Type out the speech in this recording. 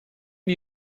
die